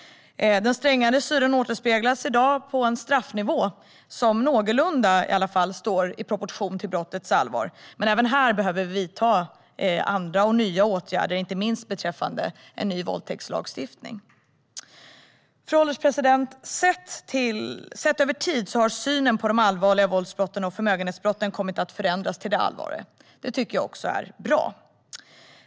Den strängare synen återspeglas i dag i en straffnivå som åtminstone någorlunda står i proportion till brottens allvar. Men även här behöver vi vidta andra och nya åtgärder, inte minst beträffande en ny våldtäktslagstiftning. Fru ålderspresident! Sett över tid har synen på de allvarliga våldsbrotten och förmögenhetsbrotten kommit att förändras till det strängare. Det är bra.